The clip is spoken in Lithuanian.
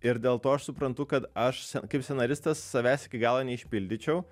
ir dėl to aš suprantu kad aš sce kaip scenaristas savęs iki galo neišpildyčiau